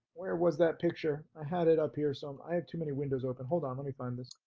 where was that picture, i had it up here some, i have too many windows open, hold on, let me find this.